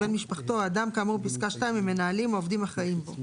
בן משפחתו או אדם כאמור בפסקה (2) הם מנהלים או עובדים אחראים בו.